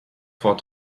vor